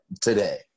today